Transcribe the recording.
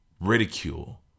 Ridicule